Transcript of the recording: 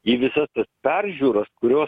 į visas tas peržiūras kurios